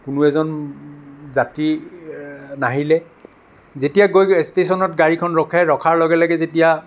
কোনো এজন যাত্ৰী নাহিলে যেতিয়া গৈ গৈ ষ্টেচনত গাড়ীখন ৰখে ৰখাৰ লগে লগে যেতিয়া